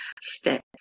step